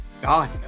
God